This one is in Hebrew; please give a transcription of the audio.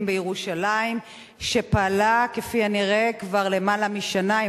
בירושלים שפעלה כפי הנראה כבר למעלה משנה,